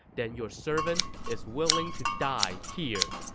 then your servant is willing to die here!